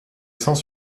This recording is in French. sans